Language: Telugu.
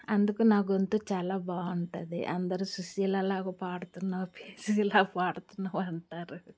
అందుకే నా గొంతు చాలా బాగుంటుంది అందరూ సుశీల లాగ పాడుతున్నావ్ సుశీల లాగ పాడుతున్నావు అంటారు